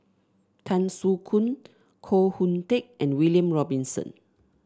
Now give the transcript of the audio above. Tan Soo Khoon Koh Hoon Teck and William Robinson